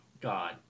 God